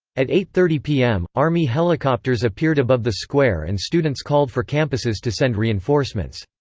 at eight thirty pm, army helicopters appeared above the square and students called for campuses to send reinforcements.